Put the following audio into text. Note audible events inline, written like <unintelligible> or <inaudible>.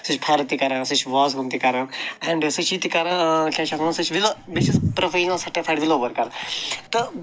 سُہ چھِ فَرٕد تہِ کران سُہ چھِ وازوُن تہِ کران اینٛڈ سُہ چھِ یہِ تہِ کران کیٛاہ چھِ یَتھ وَنان سُہ چھِ <unintelligible> بیٚیہ چھِ سُہ پرٛوفِشنَل سٔرٹِفایِڈ وِلو ؤرکَر تہٕ